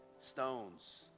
stones